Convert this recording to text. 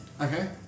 Okay